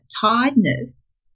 tiredness